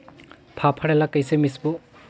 फाफण ला कइसे मिसबो?